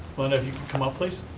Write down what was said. and if you can come up, please.